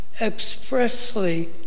expressly